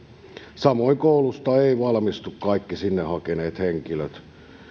samoin koulusta eivät valmistu kaikki sinne hakeneet henkilöt